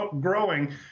growing